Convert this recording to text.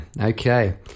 okay